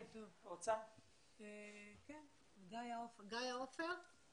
גאיה עופר?